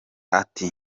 ati